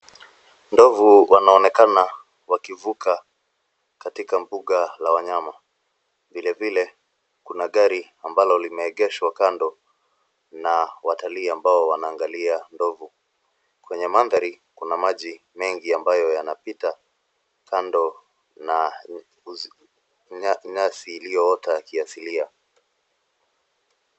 Ndovu wanaonekana wakivuka katika mbuga la wanyama. Vile vile, kuna gari ambalo limeegeshwa kando na watalii ambao wanaangalia ndovu. Kwenye mandhari ,kuna maji ambayo yanapita kando na nyasi iliyoota kiasilia.